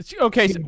Okay